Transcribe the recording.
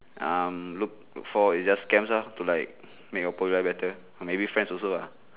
um look look for is just camps lah to like make your poor life better or maybe friends also lah